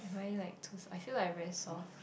am I like too I feel like I'm very soft